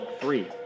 Three